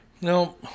No